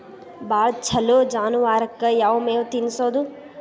ಭಾಳ ಛಲೋ ಜಾನುವಾರಕ್ ಯಾವ್ ಮೇವ್ ತಿನ್ನಸೋದು?